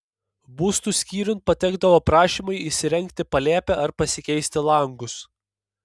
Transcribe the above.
būstų skyriun patekdavo prašymai įsirengti palėpę ar pasikeisti langus